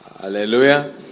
hallelujah